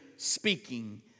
speaking